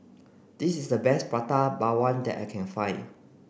this is the best Prata Bawang that I can find